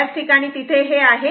बऱ्याच ठिकाणी तिथे हे आहे